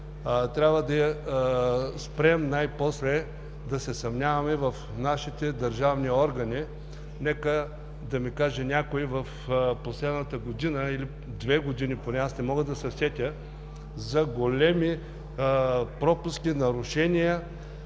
Трябва да спрем най-после да се съмняваме в нашите държавни органи. Нека да ми каже някой в последната година или две – поне аз не мога да се сетя, големи пропуски, нарушения,